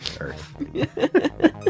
Earth